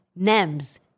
Nems